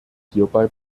hierbei